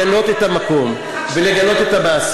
לא תקפו אותך, ולגנות את המקום, ולגנות את המעשה.